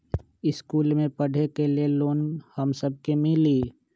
इश्कुल मे पढे ले लोन हम सब के मिली?